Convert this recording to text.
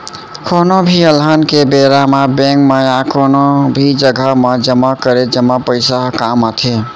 कोनो भी अलहन के बेरा म बेंक म या कोनो भी जघा म जमा करे जमा पइसा ह काम आथे